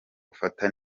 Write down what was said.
ufata